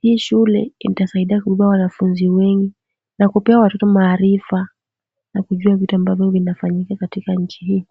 Hii shule itasaidia kubeba wanafunzi wengi na kupea watoto maarifa na kujua mambo ambayo yanafanyika katika nchi hii.